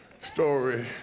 story